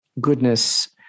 goodness